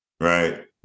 Right